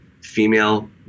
female